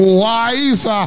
wife